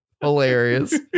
Hilarious